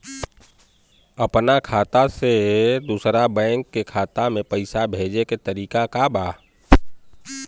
अपना खाता से दूसरा बैंक के खाता में पैसा भेजे के तरीका का बा?